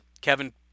Kevin